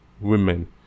women